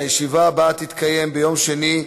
הישיבה הבאה תתקיים ביום שני,